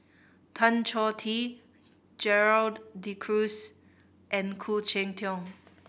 Tan Choh Tee Gerald De Cruz and Khoo Cheng Tiong